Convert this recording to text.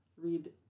read